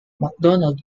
mcdonald